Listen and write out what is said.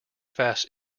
fast